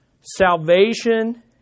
Salvation